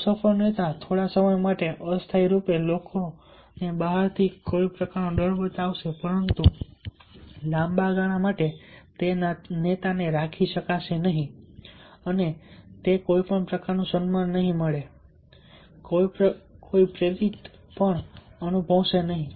અસફળ નેતા થોડા સમય માટે અસ્થાયી રૂપે લોકો બહારથી કોઈ પ્રકારનો ડર બતાવશે પરંતુ લાંબા ગાળા માટે રાખી નહિ શકે અને તેને કોઈ પણ પ્રકારનું સન્માન નહીં આપે કોઈ પ્રેરિત પણ અનુભવશે નહીં